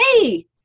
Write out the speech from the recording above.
Hey